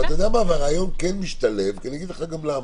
אתה יודע מה, הראיון כן משתלב, ואגיד לך למה.